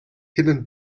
hidden